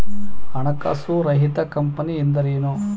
ಹಣಕಾಸು ರಹಿತ ಕಂಪನಿ ಎಂದರೇನು?